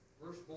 first